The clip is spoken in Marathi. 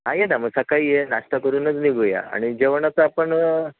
हा ये ना मग सकाळी ये नाश्ता करूनच निघूया आणि जेवणाचं आपण